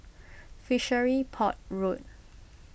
Fishery Port Road